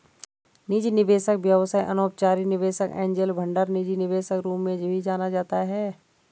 निजी निवेशक व्यवसाय अनौपचारिक निवेशक एंजेल फंडर निजी निवेशक रूप में भी जाना जाता है